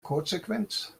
codesequenz